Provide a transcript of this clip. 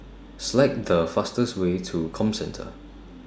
Select The fastest Way to Comcentre